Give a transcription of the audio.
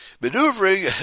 Maneuvering